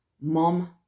mom